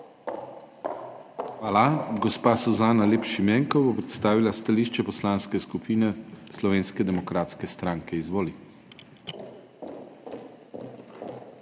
Hvala. Gospa Suzana Lep Šimenko bo predstavila stališče Poslanske skupine Slovenske demokratske stranke. Izvoli.